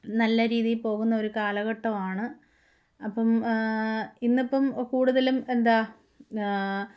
നല്ല രീതിയിൽ പോകുന്ന ഒരു കാലഘട്ടമാണ് അപ്പോള് ഇന്നിപ്പോള് കൂടുതലും എന്താണ്